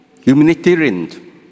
humanitarian